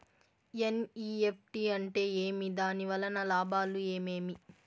NEFT అంటే ఏమి? దాని వలన లాభాలు ఏమేమి